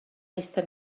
aethon